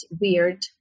weird